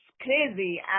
crazy